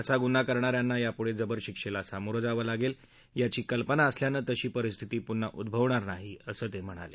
असा गुन्हा करणाऱ्यांना यापुढे जबर शिक्षेला सामोरं जावं लागेल याची कल्पना असल्यानं तशी परिस्थिती पुन्हा उद्ववणार नाही असं ते म्हणाले